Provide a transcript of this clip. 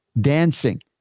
dancing